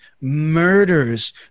murders